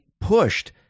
pushed